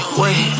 wait